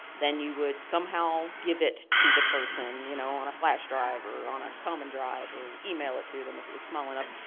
then you would somehow give it to the person you know on a flash driver or on on a common drive or email it to them if it was small enough.